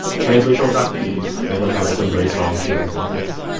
transracial adoptees, and they going to have some very strong feelings about this.